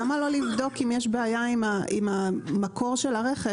למה לא לבדוק עם היבואן הראשי אם יש בעיה עם המקור של הרכב?